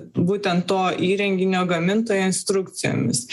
būtent to įrenginio gamintojo instrukcijomis